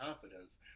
confidence